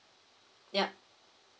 ya